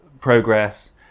progress